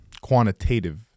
quantitative